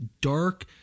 dark